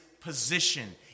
position